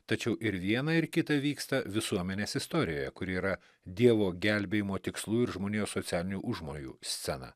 tačiau ir viena ir kita vyksta visuomenės istorijoje kuri yra dievo gelbėjimo tikslų ir žmonijos socialinių užmojų scena